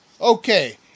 Okay